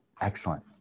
excellent